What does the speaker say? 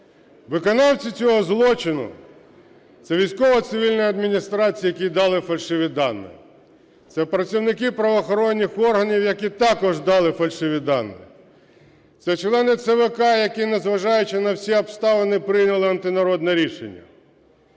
Виконавці цього злочину – це військово-цивільні адміністрації, які дали фальшиві дані; це працівники правоохоронних органів, які також дали фальшиві дані; це члени ЦВК, які, незважаючи на всі обставини, прийняли антинародне рішення.